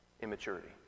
immaturity